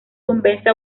convence